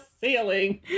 ceiling